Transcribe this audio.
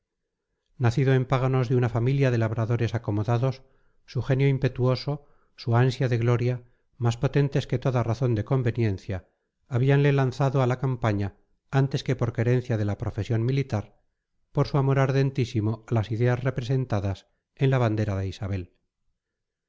nacido en páganos de una familia de labradores acomodados su genio impetuoso su ansia de gloria más potentes que toda razón de conveniencia habíanle lanzado a la campaña antes que por querencia de la profesión militar por su amor ardentísimo a las ideas representadas en la bandera de isabel